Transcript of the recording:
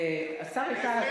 השר איתן.